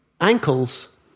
Ankles